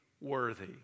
worthy